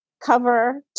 cover